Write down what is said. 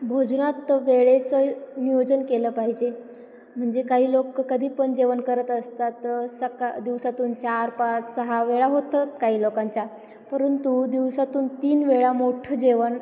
भोजनात वेळेचं नियोजन केलं पाहिजे म्हणजे काही लोकं कधी पण जेवण करत असतात सका दिवसातून चार पाच सहा वेळा होतं काही लोकांच्या परंतु दिवसातून तीन वेळा मोठं जेवण